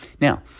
Now